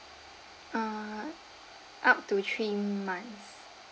uh up to three months